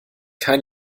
kein